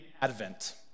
Advent